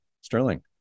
Sterling